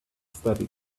studied